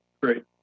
Great